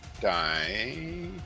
die